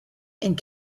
and